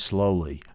Slowly